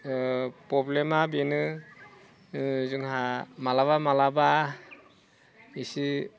प्रब्लेमा बेनो जोंहा माब्लाबा माब्लाबा एसे